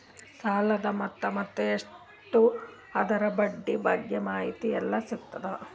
ಸಾಲದ ಮೊತ್ತ ಎಷ್ಟ ಮತ್ತು ಅದರ ಬಡ್ಡಿ ಬಗ್ಗೆ ಮಾಹಿತಿ ಎಲ್ಲ ಸಿಗತದ?